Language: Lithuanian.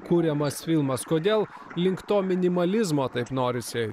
kuriamas filmas kodėl link to minimalizmo taip norisi